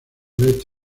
vez